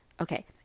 Okay